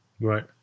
Right